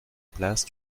place